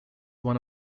one